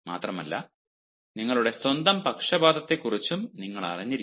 മാത്രമല്ല നിങ്ങളുടെ സ്വന്തം പക്ഷപാതത്തെക്കുറിച്ചും നിങ്ങൾ അറിഞ്ഞിരിക്കണം